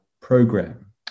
program